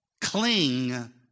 cling